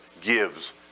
gives